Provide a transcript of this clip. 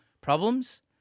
problems